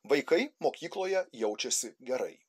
vaikai mokykloje jaučiasi gerai